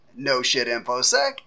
noshitinfosec